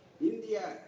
India